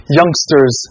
youngsters